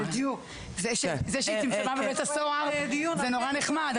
זה שהם לא בבית הסוהר זה נחמד מאוד,